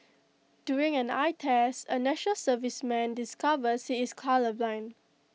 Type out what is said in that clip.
during an eye test A National Serviceman discovers he is colourblind